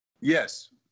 Yes